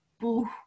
boo